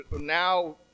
now